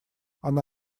она